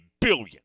billion